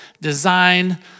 design